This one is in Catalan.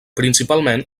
principalment